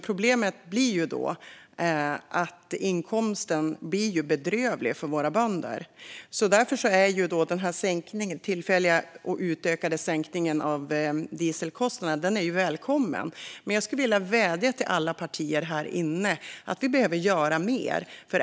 Problemet blir då att inkomsten blir bedrövlig för våra bönder. Därför är den här tillfälligt utökade sänkningen av dieselkostnaden välkommen. Jag skulle vilja vädja till alla partier här inne att göra mer, för det behövs.